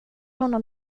honom